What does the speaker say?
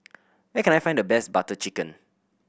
where can I find the best Butter Chicken